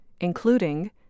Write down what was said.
including